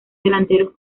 delanteros